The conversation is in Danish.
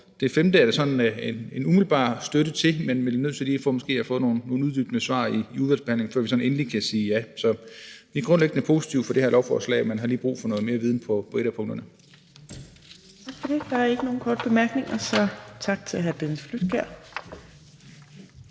det femte har vores umiddelbare støtte, men vi er nødt til lige at få nogle uddybende svar i udvalgsbehandlingen, før vi sådan endelig kan sige ja. Så vi er grundlæggende positive over for det her lovforslag, men har lige brug for noget mere viden på et af punkterne.